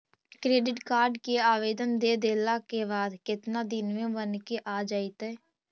Credit card के आवेदन दे देला के बाद केतना दिन में बनके आ जइतै?